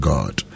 God